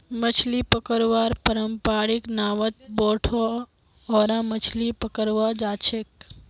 मछली पकड़वार पारंपरिक नावत बोठे ओरा मछली पकड़वा जाछेक